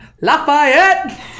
Lafayette